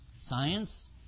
Science